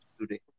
today